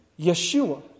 Yeshua